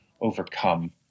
overcome